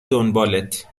دنبالت